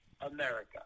America